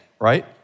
right